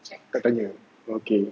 tak tanya okay